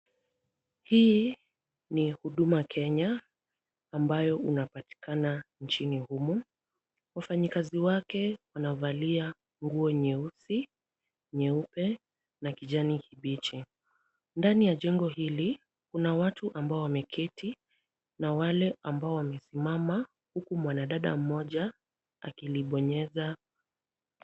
Hii ni huduma Kenya ambayo unapatikana nchini humu. Wafanyikazi wake wanavalia nguo nyeusi, nyeupe na kijani kibichi. Ndani ya jengo hili, kuna watu ambao wameketi na wale ambao wamesimama huku mwanadada mmoja akilibonyeza.